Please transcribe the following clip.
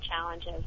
challenges